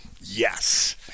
Yes